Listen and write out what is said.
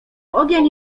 ogień